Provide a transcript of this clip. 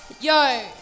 Yo